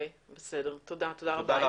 תודה רבה.